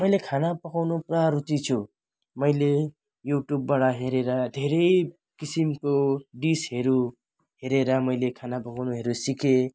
मैले खाना पकाउनु पुरा रुचि छु मैले युट्युबबाट हेरेर धेरै किसिमको डिसहरू हेरेर मैले खाना पकाउनुहरू सिकेँ